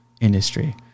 industry